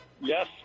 Yes